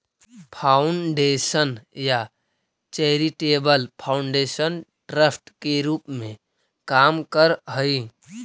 foundation या charitable foundation trust के रूप में काम करऽ हई